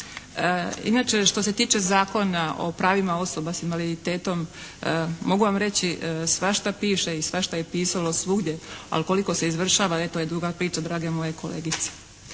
Inače, što se tiče Zakona o pravima osoba s invaliditetom mogu vam reći svašta piše i svašta je pisalo svugdje. Ali koliko se izvršava, e to je druga priča, drage moje kolegice.